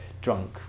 drunk